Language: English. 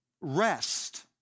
rest